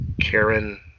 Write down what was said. Karen